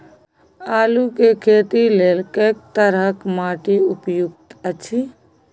आलू के खेती लेल के तरह के माटी उपयुक्त अछि?